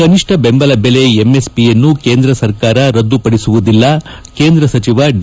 ಕನಿಷ್ಠ ಬೆಂಬಲ ಬೆಲೆ ಎಂಎಸ್ಪಿ ಯನ್ನು ಕೇಂದ್ರ ಸರ್ಕಾರ ರದ್ದುಪಡಿಸುವುದಿಲ್ಲ ಕೇಂದ್ರ ಸಚಿವ ಡಿ